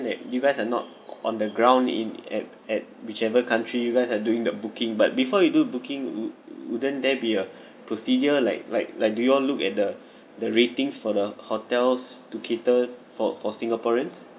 that you guys are not on the ground in at at whichever country you guys are doing the booking but before you do booking would~ wouldn't there be a procedure like like like do you all look at the the ratings for the hotels to cater for for singaporeans